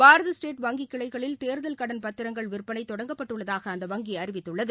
பாரத state வங்கிக் கிளைகளில் தேர்தல் கடன் பத்திரங்கள் விற்பனை தொடங்கப்பட்டுள்ளதாக அந்த வங்கி அறிவித்துள்ளது